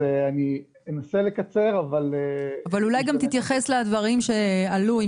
אבל אולי גם תתייחס לדברים שעלו,